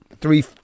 three